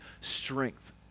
strength